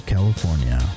California